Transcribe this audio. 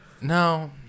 No